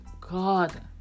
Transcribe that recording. god